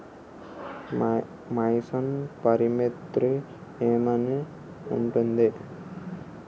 వయస్సు పరిమితి ఏమైనా ఉంటుందా?